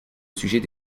sujet